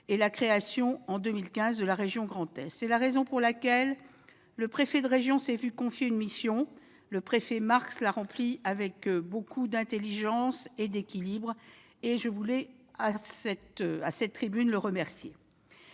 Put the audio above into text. et la création, en 2015, de la région Grand Est. C'est la raison pour laquelle le préfet de région s'est vu confier une mission de concertation. M. Jean-Luc Marx l'a remplie avec beaucoup d'intelligence et d'équilibre. Je voulais, à cette tribune, l'en remercier.